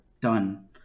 done